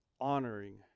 honoring